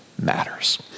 matters